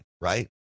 right